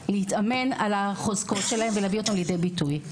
להתאמן על החוזקות שלהם ולהביא אותם לידי ביטוי.